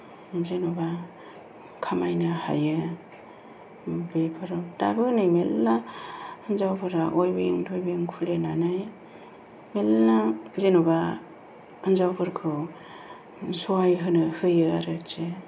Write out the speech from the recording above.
जेन'बा खामायनो हायो बेफोराव दाबो नै मेरला हिनजावफोरा अइभिं टयभिं खुलिनानै मेरला जेन'बा हिनजावफोरखौ सहाय होनो होयो आरोखि